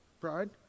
Pride